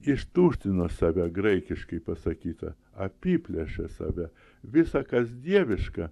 ištuštino save graikiškai pasakyta apiplėšė save visa kas dieviška